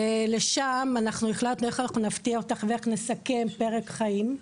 ולשם אנחנו החלטנו איך אנחנו נפתיע אותך ואיך נסכם פרק חיים,